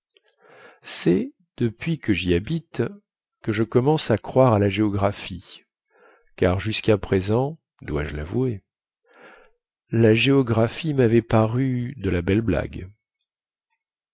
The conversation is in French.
cest depuis que jy habite que je commence à croire à la géographie car jusquà présent dois-je lavouer la géographie mavait paru de la belle blague